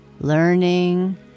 learning